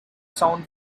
sound